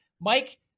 Mike